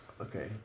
Okay